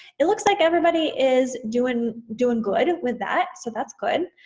it looks like everybody is doing doing good with that, so that's good.